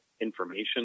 information